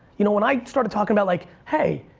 you know when i started talking about like hey,